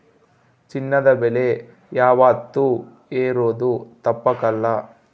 ಚಿನ್ನದ ಬೆಲೆ ಯಾವಾತ್ತೂ ಏರೋದು ತಪ್ಪಕಲ್ಲ